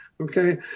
okay